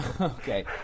Okay